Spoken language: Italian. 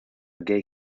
gay